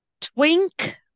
Twink